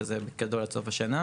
שזה בגדול עד סוף השנה.